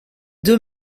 deux